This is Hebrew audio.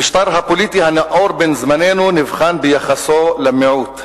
המשטר הפוליטי הנאור בן-זמננו נבחן ביחסו למיעוט,